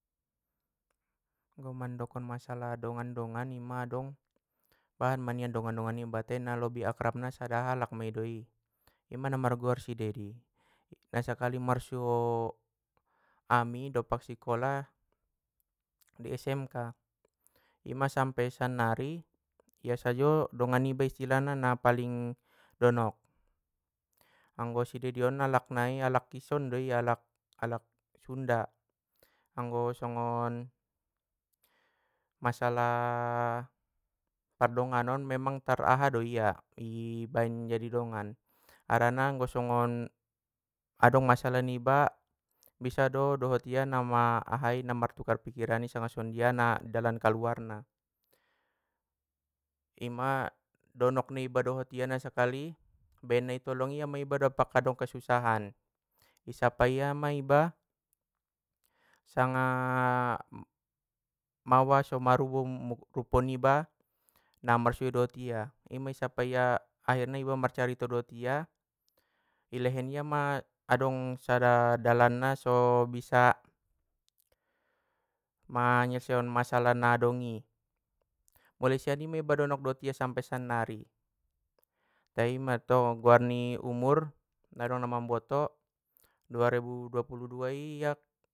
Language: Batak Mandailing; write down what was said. Anggo mandokon masalah dongan dongan ima adong bahat ma nian dongan dongan niba tai na lebih akrabna sada alak mai do i, ima na marguar si dedi, nasakali marsuo ami dompak sikola di smk, ima sampe sannari a sajo dongan niba istilahna na paling donok, anggo si dedi on alak nai alak ison deia alak alak sunda, anggo songon, masalah pardonganan on memang taraha do ia i baen jadi dongan, harana anggo songon, adong masalah niba bisa do dohot ia na ma- ahai na martukar pikiran i sanga songondiana dalan kaluarna. Ima donok niba dohot ia nasakali? Baen na i tolong ia ma iba dompak adong kesususahan, i sapai ia ma iba, sanga maowa so marubo rupo niba na marsuoi dohot ia ima i sapai ia, akhirna iba marcarito dohot ia! Ilehen ia ma adong sada dalanna so bisa, manyeleseion masalah na adong i, mulei sian ima iba donok dot ia sampe sannari, tai i mantong goar ni umur ngga dong na mamboto dua ribu dua pulu dua i ia.